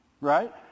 Right